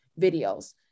videos